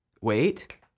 wait